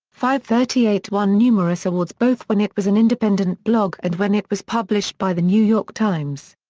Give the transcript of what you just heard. fivethirtyeight won numerous awards both when it was an independent blog and when it was published by the new york times.